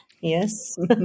Yes